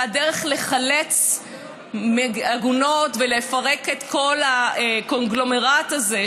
והדרך לחלץ עגונות ולפרק את כל הקונגלומרט הזה,